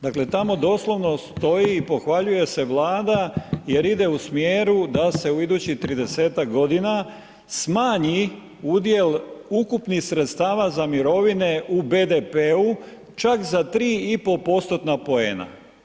Dakle tamo doslovno stoji i pohvaljuje se Vlada jer ide u smjeru da se u idućih 30-ak godina smanji udjel ukupnih sredstava za mirovine u BDP-u čak za 3,5%-tna poena.